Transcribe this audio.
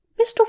Mr